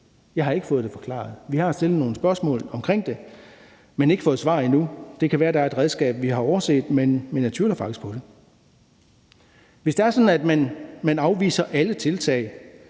Jeg har ikke fået det forklaret. Vi har stillet nogle spørgsmål omkring det, men ikke fået svar endnu. Det kan være, der er et redskab, vi har overset, men jeg tvivler faktisk på det. Kl. 14:57 Hvis det er sådan, at man afviser alle tiltag,